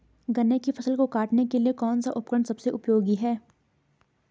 गन्ने की फसल को काटने के लिए कौन सा उपकरण सबसे उपयोगी है?